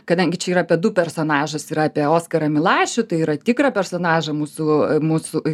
kadangi čia yra apie du personažas yra apie oskarą milašių tai yra tikrą personažą mūsų mūsų